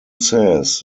says